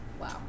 Wow